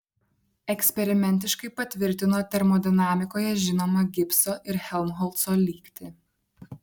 eksperimentiškai patvirtino termodinamikoje žinomą gibso ir helmholco lygtį